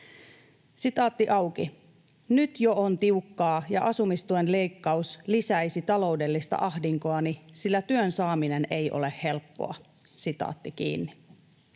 lähikuukaudet.” ”Nyt jo on tiukkaa, ja asumistuen leikkaus lisäisi taloudellista ahdinkoani, sillä työn saaminen ei ole helppoa.”